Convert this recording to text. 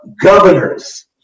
governors